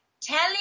telling